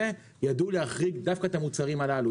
ידעו להחריג דווקא את המוצרים הללו.